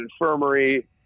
Infirmary